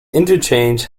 interchange